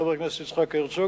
חבר הכנסת יצחק הרצוג,